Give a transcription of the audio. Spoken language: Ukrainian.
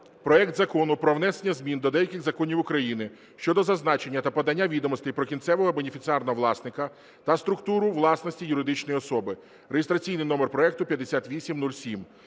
України про внесення змін до деяких законів України щодо зазначення та подання відомостей про кінцевого бенефіціарного власника та структуру власності юридичної особи (реєстраційний номер 5807)